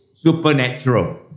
Supernatural